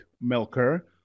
milker